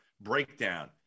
breakdown